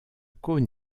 cône